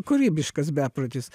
kūrybiškas beprotis